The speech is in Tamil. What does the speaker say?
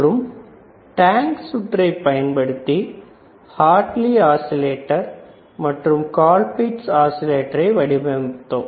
மற்றும் டேங்க் சுற்றை பயன்படுத்தி ஹார்ட்லி ஆஸிலேட்டர் மற்றும் கால்பிக்ஸ் ஆஸிலேட்டரை வடிவமைத்தோம்